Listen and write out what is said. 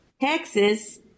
Texas